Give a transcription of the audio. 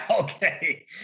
okay